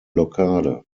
blockade